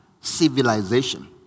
civilization